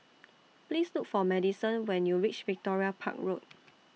Please Look For Maddison when YOU REACH Victoria Park Road